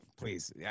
Please